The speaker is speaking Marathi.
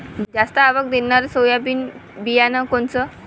जास्त आवक देणनरं सोयाबीन बियानं कोनचं?